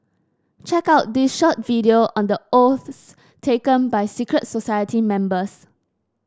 check out this short video on the oaths taken by secret society members